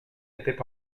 était